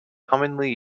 commonly